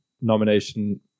nomination